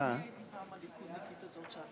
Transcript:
חבר הכנסת יריב לוין, שר